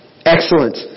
Excellent